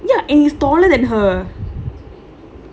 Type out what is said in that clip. ya and he is taller than her